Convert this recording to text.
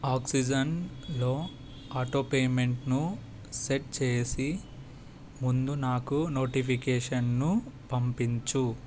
ఆక్సిజెన్లో ఆటోపేమెంట్ను సెట్ చేసే ముందు నాకు నోటిఫికేషన్ను పంపించు